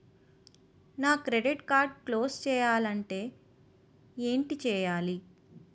నా credit card close చేయాలంటే ఏంటి చేయాలి?